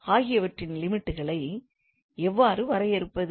ஆகியவற்றின் Limitகளை எவ்வாறு வரையறுப்பது